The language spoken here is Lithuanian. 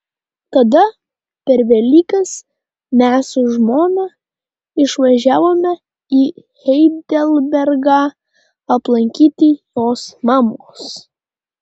tada per velykas mes su žmona išvažiavome į heidelbergą aplankyti jos mamos